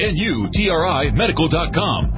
N-U-T-R-I-Medical.com